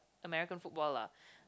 American footballer